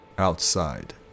outside